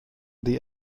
die